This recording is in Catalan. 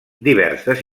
diverses